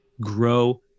grow